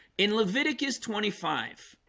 in leviticus twenty five.